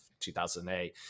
2008